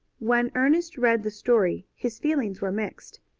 when ernest read the story his feelings were mixed.